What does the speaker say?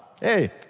Hey